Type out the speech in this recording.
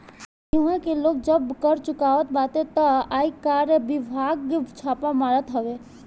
इहवा के लोग जब कर चुरावत बाटे तअ आयकर विभाग छापा मारत हवे